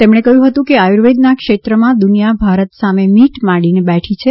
તેમણે કહ્યું હતું કે આયુર્વેદના ક્ષેત્રમાં દુનિયા ભારત સામે મીટ માંડીને બેઠી છે